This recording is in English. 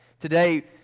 Today